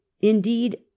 Indeed